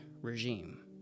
regime